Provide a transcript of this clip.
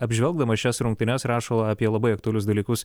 apžvelgdamas šias rungtynes rašo apie labai aktualius dalykus